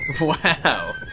Wow